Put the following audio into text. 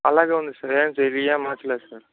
అలాగే ఉంది సార్ ఏం మార్చలేదు సార్